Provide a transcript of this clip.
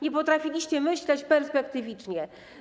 Nie potrafiliście myśleć perspektywicznie.